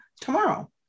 tomorrow